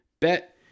bet